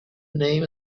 name